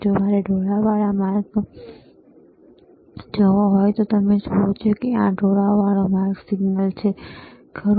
જો મારે ઢોળાવવાળો માર્ગ જોવો હોય તો તમે જુઓ કે આ ઢોળાવવાળો માર્ગ સિગ્નલ છે ખરું